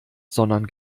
sondern